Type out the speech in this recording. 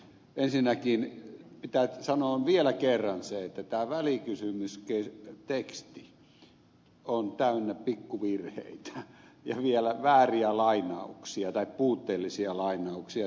ensinnäkin pitää sanoa vielä kerran se että tämä välikysymysteksti on täynnä pikku virheitä ja vielä vääriä lainauksia tai puutteellisia lainauksia